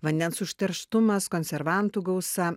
vandens užterštumas konservantų gausa